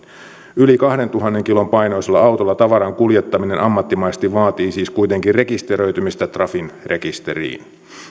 yli kahdentuhannen kilon painoisella autolla tavaran kuljettaminen ammattimaisesti vaatii siis kuitenkin rekisteröitymistä trafin rekisteriin